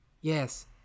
Yes